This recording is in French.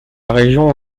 région